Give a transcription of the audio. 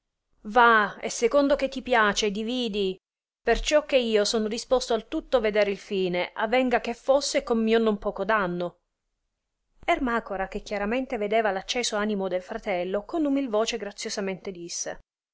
va e secondo che ti piace dividi perciò che io sono disposto al tutto vedere il fine avenga che fosse con mio non poco danno ermacora che chiaramente vedeva l acceso animo del fratello con umil voce graziosamente disse